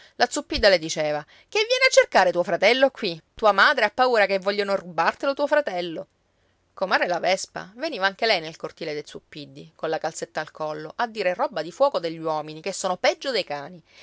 la zuppidda le diceva che vieni a cercare tuo fratello qui tua madre ha paura che vogliono rubartelo tuo fratello comare la vespa veniva anche lei nel cortile dei zuppiddi colla calzetta al collo a dire roba di fuoco degli uomini che sono peggio dei cani